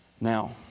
Now